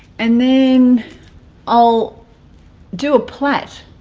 and then i'll do a platt